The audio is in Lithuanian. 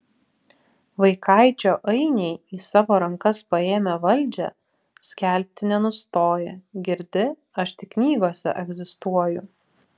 vaikaičio ainiai į savo rankas paėmę valdžią skelbti nenustoja girdi aš tik knygose egzistuoju